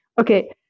Okay